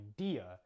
idea